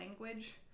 language